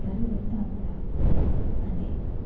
ઘરે બનતા વળા અને